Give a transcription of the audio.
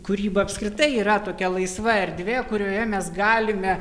kūryba apskritai yra tokia laisva erdvė kurioje mes galime